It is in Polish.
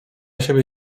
siebie